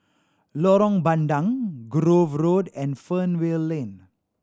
Lorong Bandang Grove Road and Fernvale Lane